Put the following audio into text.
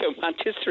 Manchester